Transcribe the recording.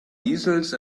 easels